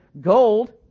gold